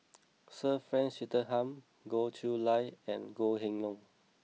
Sir Frank Swettenham Goh Chiew Lye and Goh Kheng Long